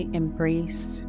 embrace